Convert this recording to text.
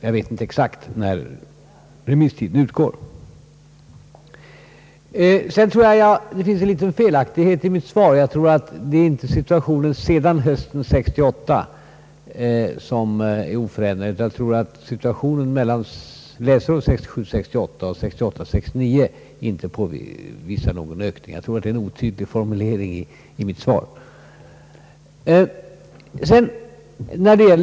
Jag vet inte exakt när remisstiden utgår. I interpellationssvaret finns en liten felaktighet. Det heter att någon ökning inte påvisats sedan hösten 1968, men jämförelsen skall avse läsåren 1967 69. Formuleringen i svaret är tyvärr otydlig.